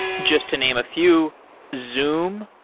just to name a few zoom,